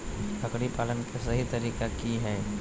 बकरी पालन के सही तरीका की हय?